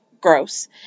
gross